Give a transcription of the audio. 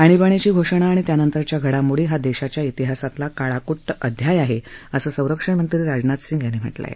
आणीबाणीची घोषणा आणि त्यानंतरच्या घडामोडी हा देशाच्या तिहासातला काळाकुट्ट अध्याय आहे असं संरक्षणमंत्री राजनाथ सिंग यांनी म्हानि आहे